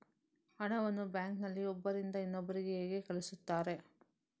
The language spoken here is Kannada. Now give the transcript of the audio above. ಹಣವನ್ನು ಬ್ಯಾಂಕ್ ನಲ್ಲಿ ಒಬ್ಬರಿಂದ ಇನ್ನೊಬ್ಬರಿಗೆ ಹೇಗೆ ಕಳುಹಿಸುತ್ತಾರೆ?